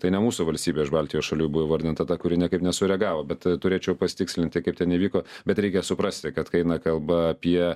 tai ne mūsų valstybė iš baltijos šalių buvo įvardinta ta kuri niekaip nesureagavo bet turėčiau pasitikslinti kaip ten įvyko bet reikia suprasti kad kai eina kalba apie